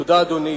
תודה, אדוני.